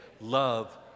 love